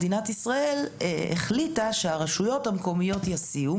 מדינת ישראל החליטה שהרשויות המקומיות יסיעו,